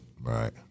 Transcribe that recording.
Right